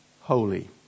holy